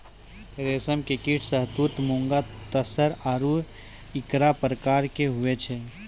रेशम के कीट शहतूत मूंगा तसर आरु इरा प्रकार के हुवै छै